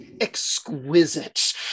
exquisite